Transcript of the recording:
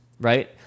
right